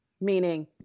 Meaning